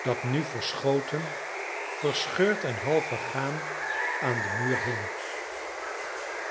dat nu verschoten verscheurd en half vergaan aan den muur hing